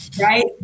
right